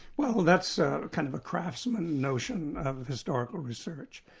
well that's a kind of a craftsman notion of historical research.